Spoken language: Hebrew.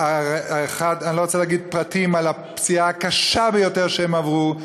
אני לא רוצה להגיד פרטים על הפציעה הקשה ביותר שהם עברו,